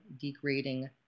degrading